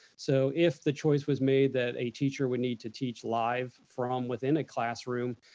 so if the choice was made that a teacher would need to teach live from within a classroom,